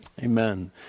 Amen